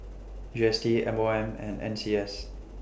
G S T M O M and N C S